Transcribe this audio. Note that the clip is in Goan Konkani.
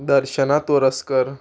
दर्शना तोरसकर